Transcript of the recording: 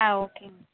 ஆ ஓகேங்ம்மா